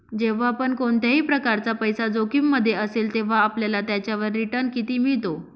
जेव्हा पण कोणत्याही प्रकारचा पैसा जोखिम मध्ये असेल, तेव्हा आपल्याला त्याच्यावर रिटन किती मिळतो?